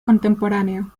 contemporáneo